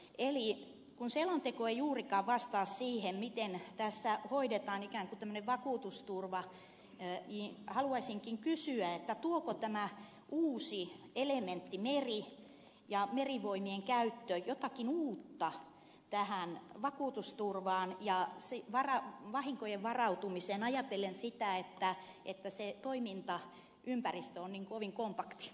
eli kun selonteko ei juurikaan vastaa siihen miten tässä hoidetaan ikään kuin tämmöinen vakuutusturva haluaisinkin kysyä tuoko tämä uusi elementti meri ja merivoimien käyttö jotakin uutta tähän vakuutusturvaan ja vahinkoihin varautumiseen ajatellen sitä että se toimintaympäristö on niin kovin kompakti